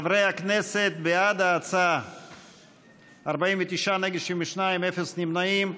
חברי הכנסת, בעד ההצעה, 49, נגד, 62, אפס נמנעים.